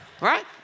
Right